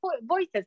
voices